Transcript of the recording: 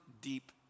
deep